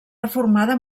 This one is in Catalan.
reformada